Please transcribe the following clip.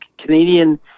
Canadian